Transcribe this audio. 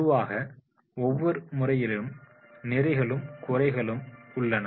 பொதுவாக ஒவ்வொரு முறையிலும் நிறைகளும் குறைகளும் உள்ளன